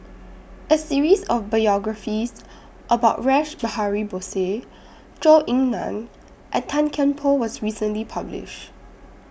A series of biographies about Rash Behari Bose Zhou Ying NAN and Tan Kian Por was recently published